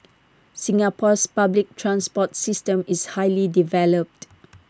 Singapore's public transport system is highly developed